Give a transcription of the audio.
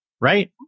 Right